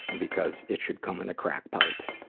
and because it should come in a crack pipe.